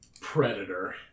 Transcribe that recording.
Predator